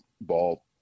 ball